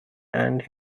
and